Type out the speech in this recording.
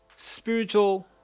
Spiritual